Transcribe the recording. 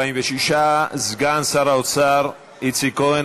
46. סגן שר האוצר איציק כהן,